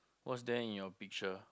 what's there in your picture